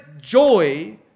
joy